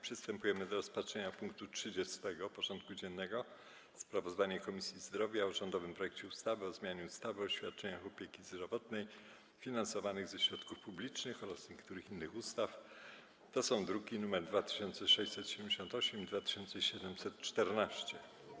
Przystępujemy do rozpatrzenia punktu 30. porządku dziennego: Sprawozdanie Komisji Zdrowia o rządowym projekcie ustawy o zmianie ustawy o świadczeniach opieki zdrowotnej finansowanych ze środków publicznych oraz niektórych innych ustaw (druki nr 2678 i 2714)